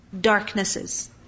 darknesses